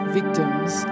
victims